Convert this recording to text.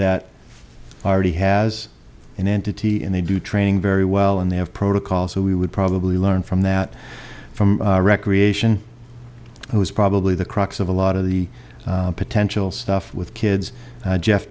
that already has an entity and they do training very well and they have protocols so we would probably learn from that from recreation was probably the crux of a lot of the potential stuff with kids